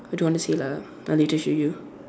I don't want to say lah I later show you